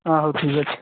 ହଁ ହୋଉ ଠିକ ଅଛି